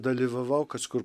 dalyvavau kažkur